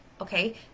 okay